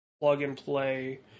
plug-and-play